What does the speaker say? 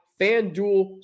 FanDuel